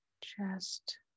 chest